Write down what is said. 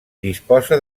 disposa